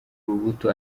rubuto